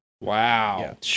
Wow